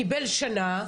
קיבל שנה,